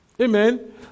Amen